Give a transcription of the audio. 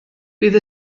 bydd